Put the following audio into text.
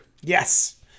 Yes